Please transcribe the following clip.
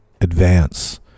advance